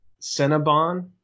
Cinnabon